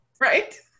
Right